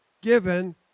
given